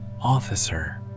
Officer